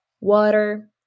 water